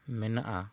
ᱢᱮᱱᱟᱜᱼᱟ